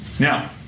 Now